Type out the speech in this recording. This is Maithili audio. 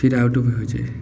फिर आउट भी होइ छै